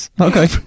Okay